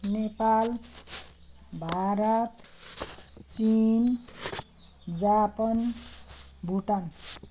नेपाल भारत चीन जापान भुटान